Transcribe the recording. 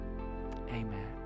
amen